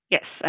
Yes